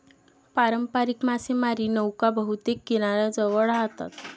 पारंपारिक मासेमारी नौका बहुतेक किनाऱ्याजवळ राहतात